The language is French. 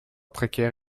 précaire